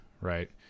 right